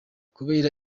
kubera